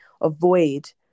avoid